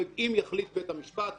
אם יחליט בית המשפט וכדומה,